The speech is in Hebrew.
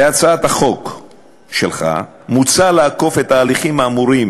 בהצעת החוק שלך מוצע לעקוף את ההליכים האמורים,